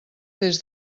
des